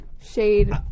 shade